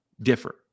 differ